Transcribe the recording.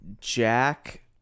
Jack